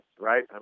right